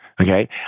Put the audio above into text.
okay